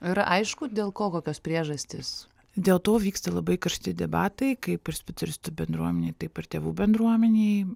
yra aišku dėl ko kokios priežastys dėl to vyksta labai karšti debatai kaip ir specialistų bendruomenėj taip ir tėvų bendruomenėj